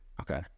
Okay